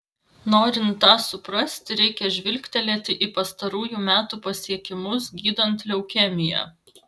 norint tą suprasti reikia žvilgtelėti į pastarųjų metų pasiekimus gydant leukemiją